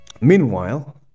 meanwhile